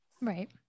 Right